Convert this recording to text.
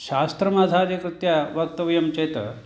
शास्त्रमाधारीकृत्य वक्तव्यं चेत्